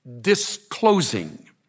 disclosing